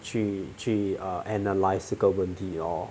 去去 err analyse 这个问题哦